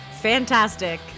fantastic